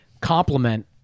complement